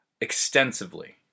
extensively